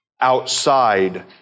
outside